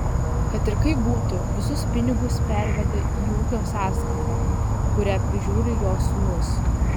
kad ir kaip būtų visus pinigus perveda į ūkio sąskaitą kurią prižiūri jo sūnus